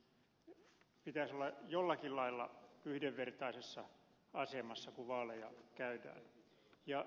pitäisi olla jollakin lailla yhdenvertaisessa asemassa kun vaaleja käydään